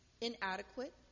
inadequate